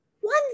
one